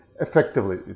effectively